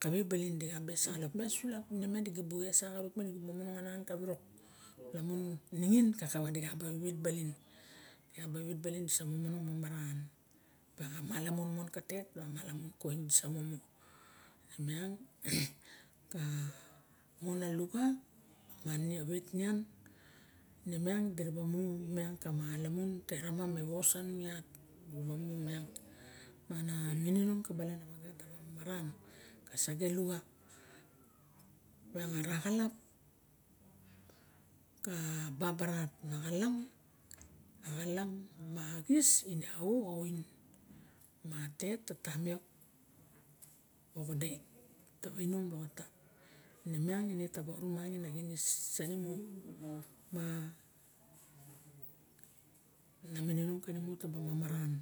Kaave baling du bu ka ba esak arup miang sulap dibu esak a rup ka urok lamun ningin di ka bu wet baling bu wet baling disa manogn maran maxa malamun mo kat tet ma malamun ka oin nemiang ka muin a luxa ganine wet nean nemiang de ra bu mu miang ka malamun te ramam me wos anung mana mininong ka balan na waga ga mamaran a sage luxa opiang ara xalap ka babarat na xalap xalap a xis a xa oin ma tet a tamiok ma xosdait tawinom loxotop ne miang ne ta ba orumang a xis ne mon ma na mininong kanimu daba maran